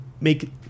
make